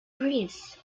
greece